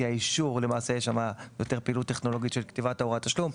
כי יש שם יותר פעילות טכנולוגית של כתיבת הוראת התשלום,